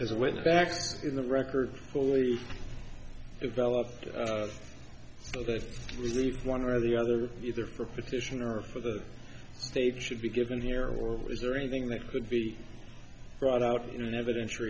as a witness back in the record fully developed to relieve one or the other either for petitioner or for the state should be given here or was there anything that could be brought out in evidence